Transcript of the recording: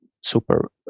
super